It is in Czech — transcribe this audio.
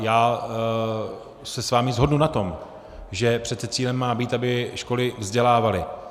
Já se s vámi shodnu na tom, že přece cílem má být, aby školy vzdělávaly.